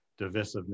divisiveness